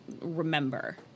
remember